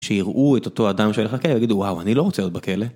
שיראו את אותו אדם שילך לכלא ויגידו וואו אני לא רוצה להיות בכלא.